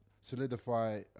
solidify